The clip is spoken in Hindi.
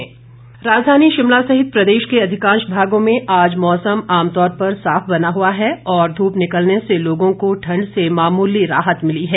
मौसम राजधानी शिमला सहित प्रदेश के अधिकांश भागों में आज मौसम आमतौर पर साफ बना हुआ है और धूप निकलने से लोगों को ठंड से मामूली राहत मिल रही है